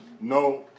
no